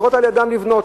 על-ידם לבנות,